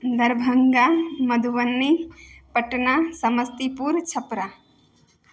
Darbhanga Madhubani Patna Samastipur Chhapra